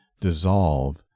dissolve